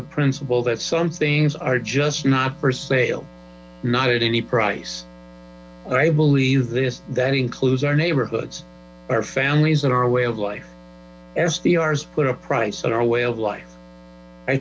a principle that some things are just not for sale not at any price i believe this that includes our neighborhoods our families and our way of life sdr put a price on our way of life i